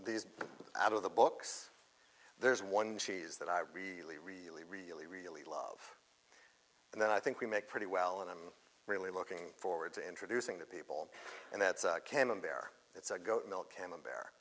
these out of the books there's one cheese that i really really really really love and then i think we make pretty well and i'm really looking forward to introducing the people and that came in there it's a goat milk camel bear